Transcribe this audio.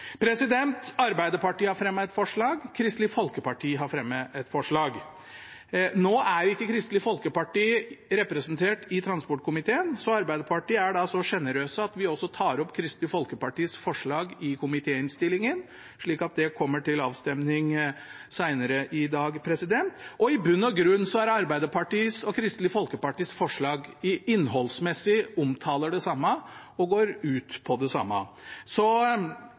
Arbeiderpartiet har fremmet et forslag, og Kristelig Folkeparti har fremmet et forslag. Nå er ikke Kristelig Folkeparti representert i transportkomiteen, så Arbeiderpartiet er så generøse at vi tar opp Kristelig Folkepartis forslag i komitéinnstillingen, slik at det kommer til avstemning senere i dag. I bunn og grunn er Arbeiderpartiets og Kristelig Folkepartis forslag innholdsmessig de samme, de går ut på det samme.